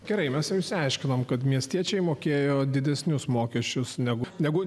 gerai mes išsiaiškinome kad miestiečiai mokėjo didesnius mokesčius negu negu